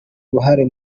uruhare